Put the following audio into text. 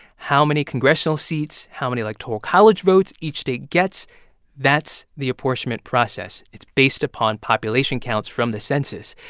how many congressional seats, how many electoral college votes each state gets that's the apportionment process. it's based upon population counts from the census.